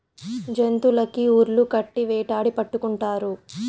జంతులకి ఉర్లు కట్టి వేటాడి పట్టుకుంటారు